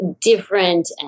different